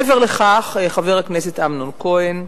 מעבר לכך, חבר הכנסת אמנון כהן,